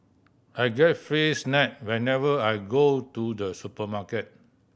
I get free snack whenever I go to the supermarket